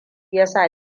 yasa